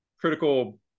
critical